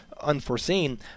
unforeseen